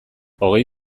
hogei